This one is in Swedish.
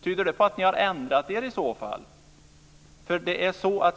Tyder det på att ni har ändrat er?